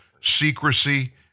secrecy